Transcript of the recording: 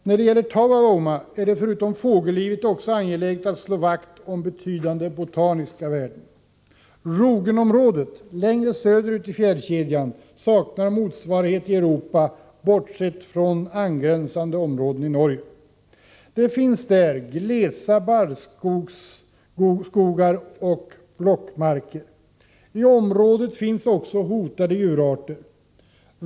När det gäller Taavavuoma är det förutom fågellivet också angeläget att slå vakt om betydande botaniska värden. Rogenområdet längre söder ut i fjällkedjan saknar motsvarighet i Europa, bortsett från angränsande områden i Norge. Det finns där glesa barrskogar och blockmarker. I området finns också hotade djurarter.